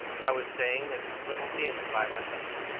i was staying at a little inn by myself.